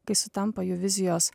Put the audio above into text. kai sutampa jų vizijos